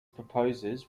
proposers